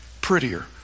prettier